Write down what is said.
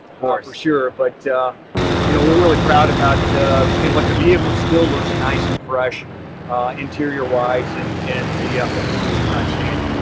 for sure, but you know we're really proud about in what the vehicle still looks nice and fresh interior wise and and the performance is outstanding.